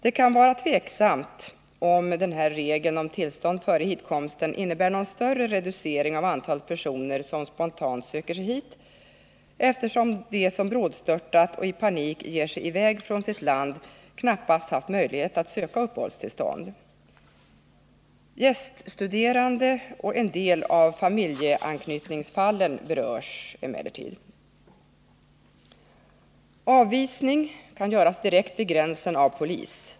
Det kan vara tveksamt om den här regeln om tillstånd före hitkomsten innebär någon större reducering av antalet personer som spontant söker sig hit, eftersom de som brådstörtat och i panik ger sig iväg från sitt land knappast haft möjlighet att söka uppehållstillstånd. Gäststuderande och en del av familjeanknytningsfallen berörs emellertid liksom turister som försöker stanna. Avvisning kan göras direkt vid gränsen av polis.